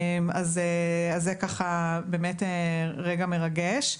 זה רגע מרגש.